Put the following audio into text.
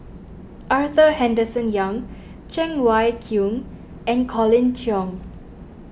Arthur Henderson Young Cheng Wai Keung and Colin Cheong